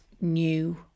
new